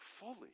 fully